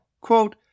Quote